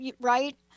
right